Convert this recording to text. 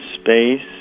space